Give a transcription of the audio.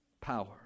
power